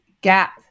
gap